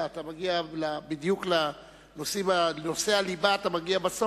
אתה מגיע לנושאי הליבה בסוף,